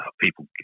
people